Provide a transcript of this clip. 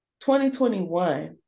2021